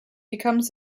becomes